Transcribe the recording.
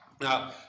Now